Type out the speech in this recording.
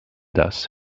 das